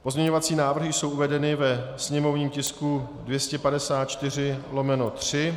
Pozměňovací návrhy jsou uvedeny ve sněmovním tisku 254/3.